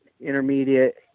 intermediate